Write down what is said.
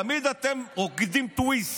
תמיד אתם רוקדים טוויסט: